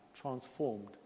transformed